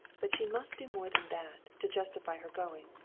but she must do more than that, to justify her going.